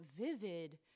vivid